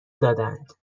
دادند